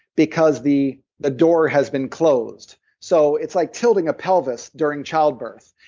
because the the door has been closed so it's like tilting a pelvis during childbirth.